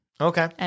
Okay